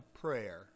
prayer